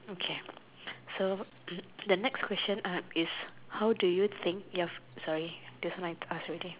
okay so the next question is how do you think you have sorry